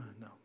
no